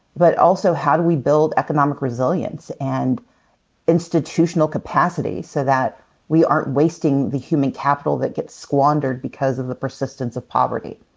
but also, how do we build economic resilience and institutional capacity so that we aren't wasting the human capital that gets squandered because of the persistence of poverty?